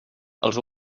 els